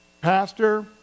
Pastor